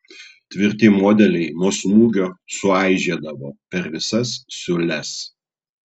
tvirti modeliai nuo smūgio suaižėdavo per visas siūles